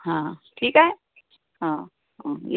हां ठीक आहे हम्म ये